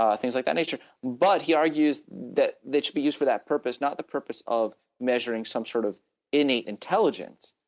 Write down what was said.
ah things of like that nature but he argues that they should be used for that purpose, not the purpose of measuring some sort of any intelligence,